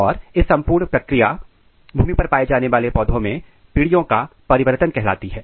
और इस संपूर्ण प्रक्रिया भूमि पर पाए जाने वाले पौधों में पीढ़ियों का परिवर्तन कहलाती है